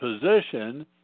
position